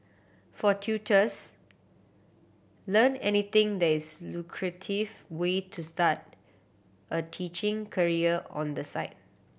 for tutors Learn Anything lucrative way to start a teaching career on the side